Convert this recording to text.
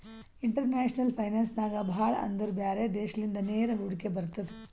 international finance ನಾಗ್ ಭಾಳ ಅಂದುರ್ ಬ್ಯಾರೆ ದೇಶಲಿಂದ ನೇರ ಹೂಡಿಕೆ ಬರ್ತುದ್